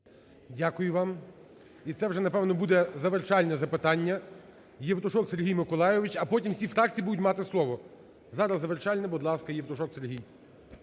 Дякую вам. І це вже, напевно, буде завершальне запитання. Євтушок Сергій Миколайович. А потім всі фракції будуть мати слово. Зараз завершальне. Будь ласка, Євтушок Сергій.